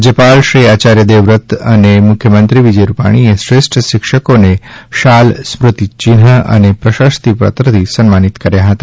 રાજ્યપાલ શ્રી આચાર્ય દેવવ્રતજી અને મુખ્યમંત્રી શ્રી વિજયભાઇ રૂપાણીએ શ્રેષ્ઠ શિક્ષકોને શાલ સ્મૃતિયન્ઠ અને પ્રશસ્તિ પત્રથી સન્માનિત કર્યા હતા